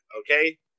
okay